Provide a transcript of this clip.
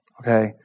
Okay